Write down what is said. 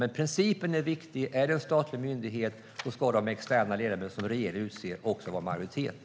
Men principen är viktig. Är det en statlig myndighet ska de externa ledamöterna, som regeringen utser, vara i majoritet.